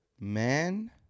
Man